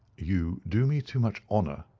you do me too much honour,